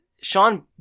Sean